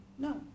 No